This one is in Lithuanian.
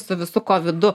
su visu kovidu